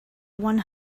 one